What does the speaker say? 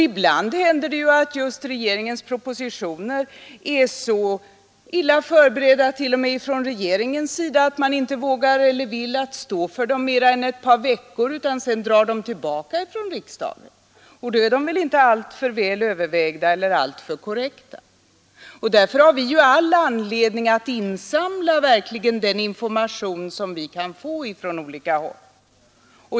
Ibland händer det att just regeringens propositioner är så illa förberedda att regeringen inte vill stå för dem mer än ett par veckor. Sedan drar man tillbaka dem från riksdagen. Då är de väl inte alltför väl övervägda och korrekta. Därför har vi all anledning att verkligen insamla den information som vi kan få från olika håll.